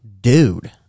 Dude